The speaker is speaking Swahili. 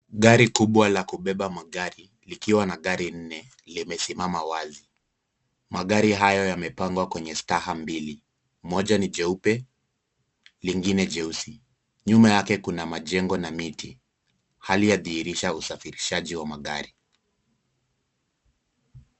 Gari kubwa la kubeba magari, likiwa na gari nne, limesimama wazi, magari hayo yamepangwa kwenye staha mbili, moja ni jeupe, lingine jeusi, nyuma yake kuna majengo na miti, hali yadhihirisha usafirishaji wa magari.